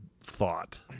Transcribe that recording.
thought